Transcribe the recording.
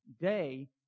day